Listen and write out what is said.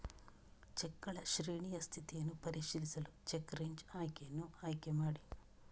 ಚೆಕ್ಗಳ ಶ್ರೇಣಿಯ ಸ್ಥಿತಿಯನ್ನು ಪರಿಶೀಲಿಸಲು ಚೆಕ್ ರೇಂಜ್ ಆಯ್ಕೆಯನ್ನು ಆಯ್ಕೆ ಮಾಡಿ